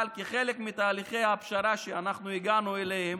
אבל כחלק מתהליכי הפשרה שאנחנו הגענו אליהם,